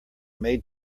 made